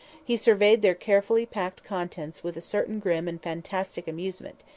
he surveyed their carefully packed contents with a certain grim and fantastic amusement,